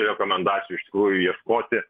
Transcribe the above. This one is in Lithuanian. rekomendacijų iš tikrųjų ieškoti